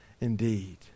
indeed